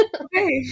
Okay